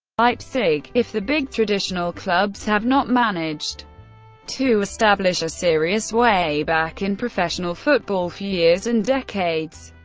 leipzig if the big traditional clubs have not managed to establish a serious way back in professional football for years and decades,